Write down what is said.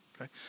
okay